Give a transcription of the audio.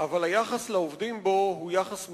אבל היחס לעובדים בו הוא יחס מחפיר.